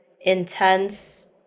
intense